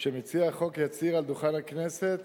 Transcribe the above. שמציע החוק יצהיר מעל דוכן הכנסת